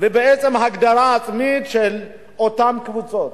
ובעצם הגדרה עצמית של אותן קבוצות.